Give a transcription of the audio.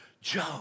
Joe